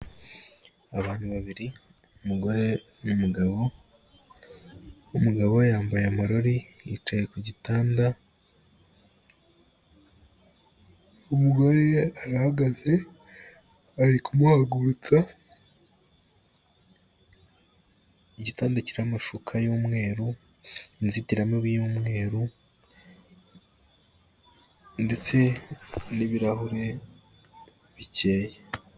Abantu babiri umugore n'umugabo umugabo we yambaye amarori yicaye ku gitanda, umugore arahagaze bari kumuhatsa, igitanda kiriho amashuka y'umweru inzitiramibu y'umweru ndetse n'ibirahure bikeye.